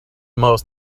most